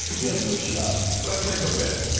you have no shot. let's make a bet.